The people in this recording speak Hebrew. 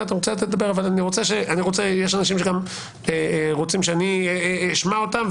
יש אנשים שגם רוצים שאני אשמע אותם,